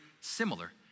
similar